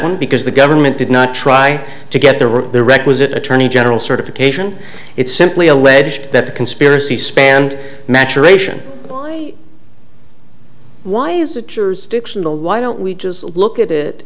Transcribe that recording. one because the government did not try to get the room the requisite attorney general certification it simply alleged that the conspiracy spanned maturation why is it yours why don't we just look at it